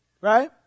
right